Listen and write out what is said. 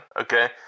okay